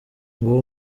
nguwo